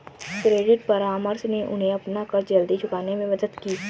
credit परामर्श ने उन्हें अपना कर्ज जल्दी चुकाने में मदद की